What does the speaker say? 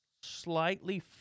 slightly